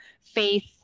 faith